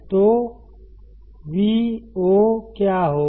तो Vo क्या होगा